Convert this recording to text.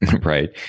right